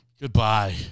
Goodbye